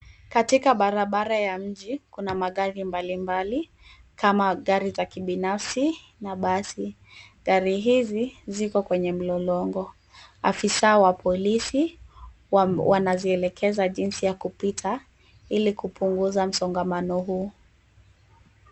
Katika barabara ya mji, kuna magari mbalimbali, kama gari za kibinafsi na basi. Gari hizi ziko kwenye mlolongo. Afisa wa polisi, wanazielekeza jinsi ya kupita, ili kupunguza msongamano huu.